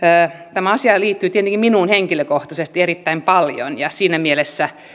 tämä asiahan liittyy tietenkin minuun henkilökohtaisesti erittäin paljon ja siinä mielessä